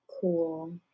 cool